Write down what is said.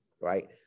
right